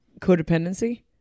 codependency